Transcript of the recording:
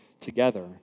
together